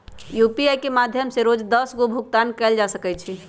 UPI के माध्यम से रोज दस गो भुगतान कयल जा सकइ छइ